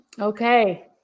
okay